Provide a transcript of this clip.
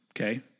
Okay